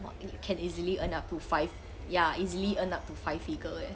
!wah! you can easily earn up to five ya easily earn up to five figure eh